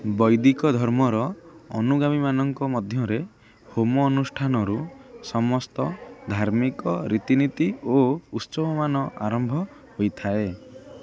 ବୈଦିକ ଧର୍ମର ଅନୁଗାମୀମାନଙ୍କ ମଧ୍ୟରେ ହୋମ ଅନୁଷ୍ଠାନରୁ ସମସ୍ତ ଧାର୍ମିକ ରୀତିନୀତି ଓ ଉତ୍ସବମାନ ଆରମ୍ଭ ହୋଇଥାଏ